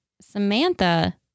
Samantha